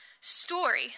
story